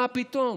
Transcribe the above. מה פתאום.